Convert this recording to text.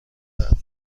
دارد